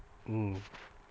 mm